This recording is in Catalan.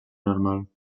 normal